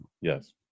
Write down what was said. Yes